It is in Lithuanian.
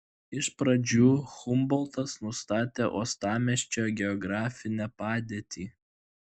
iš pradžių humboltas nustatė uostamiesčio geografinę padėtį